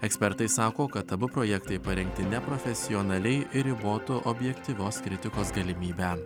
ekspertai sako kad abu projektai parengti neprofesionaliai ir ribotų objektyvios kritikos galimybę